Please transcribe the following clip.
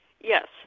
Yes